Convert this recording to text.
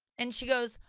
and she goes,